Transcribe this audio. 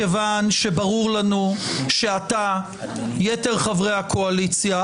מכיוון שברור לנו שאתה ויתר חברי הקואליציה,